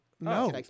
No